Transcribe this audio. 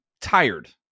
tired